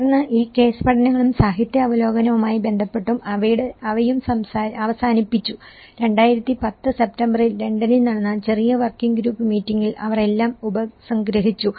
തുടർന്ന് ഈ കേസ് പഠനങ്ങളും സാഹിത്യ അവലോകനവുമായി ബന്ധപ്പെട്ടും അവയും അവസാനിപ്പിച്ചു 2010 സെപ്റ്റംബറിൽ ലണ്ടനിൽ നടന്ന ചെറിയ വർക്കിംഗ് ഗ്രൂപ്പ് മീറ്റിംഗിൽ അവർ എല്ലാം ഉപസംഗ്രഹിച്ചു